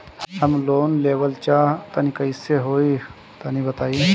हम लोन लेवल चाह तनि कइसे होई तानि बताईं?